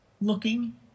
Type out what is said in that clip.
looking